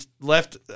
left